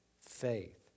faith